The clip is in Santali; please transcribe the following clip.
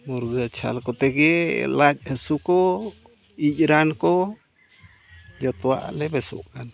ᱢᱩᱨᱜᱟᱹ ᱪᱷᱟᱞ ᱠᱚᱛᱮ ᱜᱮ ᱞᱟᱡ ᱦᱟᱹᱥᱩ ᱠᱚ ᱤᱡ ᱨᱟᱱ ᱠᱚ ᱡᱚᱛᱚᱣᱟᱜ ᱞᱮ ᱵᱮᱥᱚᱜ ᱠᱟᱱ ᱛᱟᱦᱮᱸᱫ